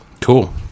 Cool